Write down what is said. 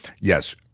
Yes